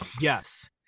Yes